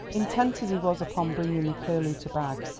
intent as he was upon bringing the curlew to bag,